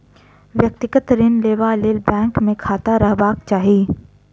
व्यक्तिगत ऋण लेबा लेल बैंक मे खाता रहबाक चाही